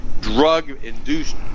drug-induced